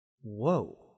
Whoa